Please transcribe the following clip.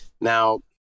now